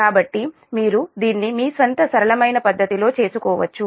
కాబట్టి మీరు దీన్ని మీ స్వంత సరళమైన పద్ధతి లో చేసుకోవచ్చు